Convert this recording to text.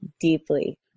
deeply